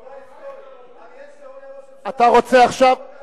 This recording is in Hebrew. עובדה היסטורית: אריאל שרון היה ראש הממשלה הראשון שלא פגש את ערפאת.